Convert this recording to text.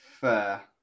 fair